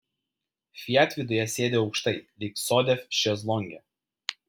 fiat viduje sėdi aukštai lyg sode šezlonge